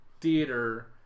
theater